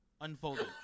unfolded